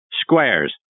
Squares